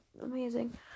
amazing